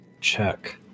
check